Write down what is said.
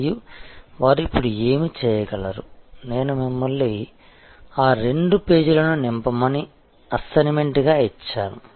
మరియు వారు ఇప్పుడు ఏమి చేయగలరు నేను మిమ్మల్ని ఆ రెండు పేజీలను నింపమని అసైన్మెంట్ గా ఇచ్చాను